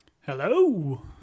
hello